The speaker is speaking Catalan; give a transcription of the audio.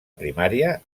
primària